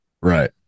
right